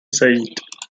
sejít